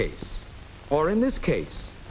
case or in this case